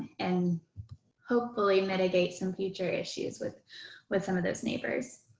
and hopefully mitigate some future issues with with some of those neighbors.